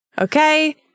okay